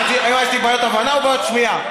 יש לי בעיות הבנה או בעיות שמיעה?